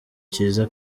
cyiza